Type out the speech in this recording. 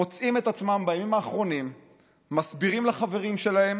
מוצאים את עצמם בימים האחרונים מסבירים לחברים שלהם